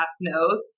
knows